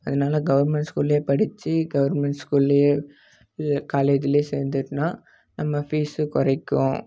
அதனால கவுர்மெண்ட் ஸ்கூலிலே படித்து கவுர்மெண்ட் ஸ்கூலேயே இது காலேஜிலே சேர்ந்துட்டுனா நம்ம ஃபீஸு குறைக்கும்